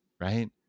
right